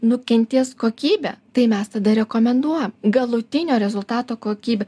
nukentės kokybė tai mes tada rekomenduojam galutinio rezultato kokybė